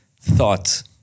thought